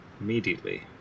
Immediately